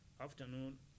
Afternoon